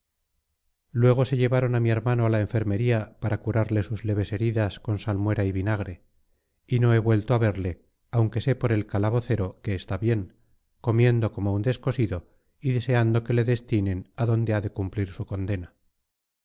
luego se llevaron a mi hermano a la enfermería para curarle sus leves heridas con salmuera y vinagre y no he vuelto a verle aunque sé por el calabocero que está bien comiendo como un descosido y deseando que le destinen a donde ha de cumplir su condena